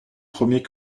premier